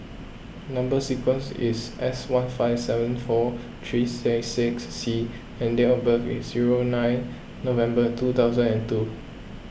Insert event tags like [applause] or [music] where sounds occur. Number Sequence is S one five seven four three nine six C [noise] and date of birth is zero nine November two thousand and two